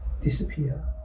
disappear